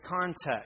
context